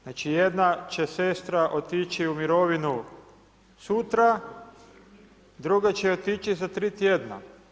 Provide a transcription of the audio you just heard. Znači jedna će sestra otići u mirovinu sutra, druga će otići za 3 tjedna.